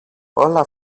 όλα